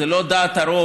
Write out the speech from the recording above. זו לא דעת הרוב,